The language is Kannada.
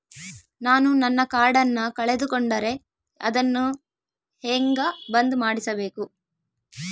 ನಾನು ನನ್ನ ಕಾರ್ಡನ್ನ ಕಳೆದುಕೊಂಡರೆ ಅದನ್ನ ಹೆಂಗ ಬಂದ್ ಮಾಡಿಸಬೇಕು?